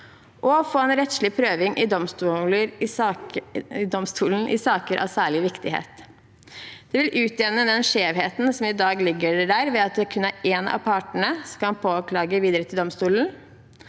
og få en rettslig prøving i domstolene av saker av særlig viktighet. Det vil utjevne den skjevheten som ligger der i dag, hvor kun én av partene kan påklage videre til domstolene,